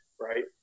right